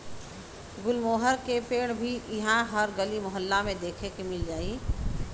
गुलमोहर के पेड़ भी इहा हर गली मोहल्ला में देखे के मिल जाई